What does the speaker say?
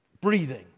breathing